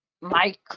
Mike